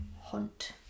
hunt